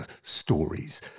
stories